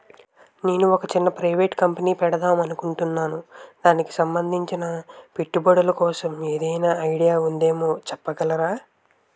నేను ఒక చిన్న ప్రైవేట్ కంపెనీ పెడదాం అనుకుంటున్నా దానికి సంబందించిన పెట్టుబడులు కోసం ఏదైనా ఐడియా ఉందేమో చెప్పగలరా?